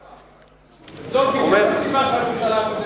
זו בדיוק הסיבה שהממשלה הקודמת הוחלפה.